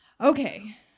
Okay